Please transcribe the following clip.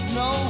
no